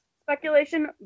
speculation